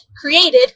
created